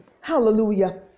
Hallelujah